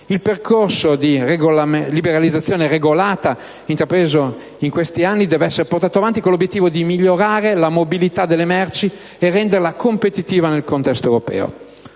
Il percorso di liberalizzazione regolata, intrapreso in questi anni, deve essere portato avanti, con l'obiettivo di migliorare la mobilità delle merci e di renderla competitiva nel contesto europeo.